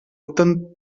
opten